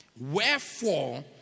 Wherefore